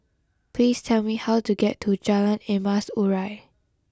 please tell me how to get to Jalan Emas Urai